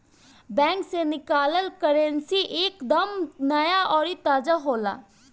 bank से निकालल currency एक दम नया अउरी ताजा होला